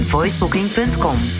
Voicebooking.com